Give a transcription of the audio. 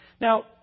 Now